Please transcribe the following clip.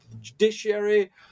judiciary